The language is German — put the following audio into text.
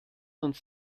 uns